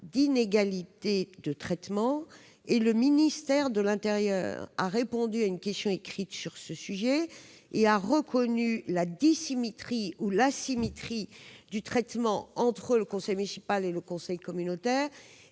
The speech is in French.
d'inégalité de traitement. Le ministère de l'intérieur a répondu à une question écrite sur ce sujet : il a reconnu la dissymétrie ou l'asymétrie de traitement entre le conseiller municipal et le conseiller communautaire